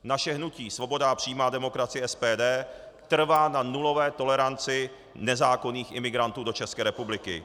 Naše hnutí Svoboda a přímá demokracie SPD trvá na nulové toleranci nezákonných imigrantů do České republiky.